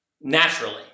Naturally